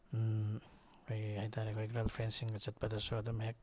ꯀꯔꯤ ꯍꯥꯏꯇꯥꯔꯦ ꯑꯩꯈꯣꯏ ꯒꯔꯜꯐ꯭ꯔꯦꯟꯁꯤꯡꯒ ꯆꯠꯄꯗꯁꯨ ꯑꯗꯨꯝ ꯍꯦꯛ